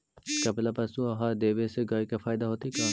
कपिला पशु आहार देवे से गाय के फायदा होतै का?